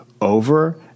over